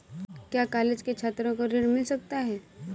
क्या कॉलेज के छात्रो को ऋण मिल सकता है?